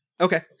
Okay